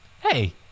Hey